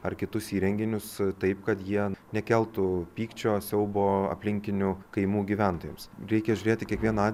ar kitus įrenginius taip kad jie nekeltų pykčio siaubo aplinkinių kaimų gyventojams reikia žiūrėti kiekvieną